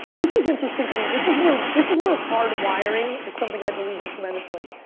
this is interesting to me, this is where, this is where hard wiring is something i believe in tremendously.